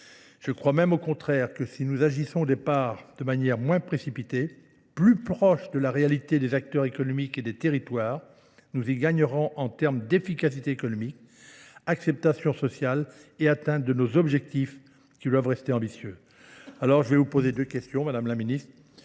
Je crois même au contraire que si nous agissons au départ de manière moins précipitée, plus proche de la réalité des acteurs économiques et des territoires, nous y gagnerons en termes d'efficacité économique, acceptation sociale et atteinte de nos objectifs qui doivent rester ambitieux. Alors je vais vous poser deux questions Madame la Ministre.